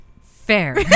Fair